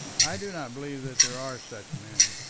i do not believe that there are such men.